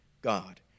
God